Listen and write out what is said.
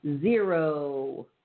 zero